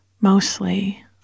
mostly